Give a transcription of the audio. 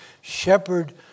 shepherd